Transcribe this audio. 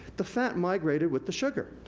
the fat migrated with the sugar.